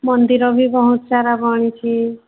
ମନ୍ଦିର ବି ବହୁତ ସାରା ବଢ଼ିଛି